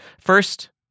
First